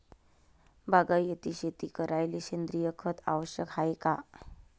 बागायती शेती करायले सेंद्रिय खत आवश्यक हाये का?